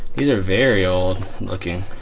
these are very old looking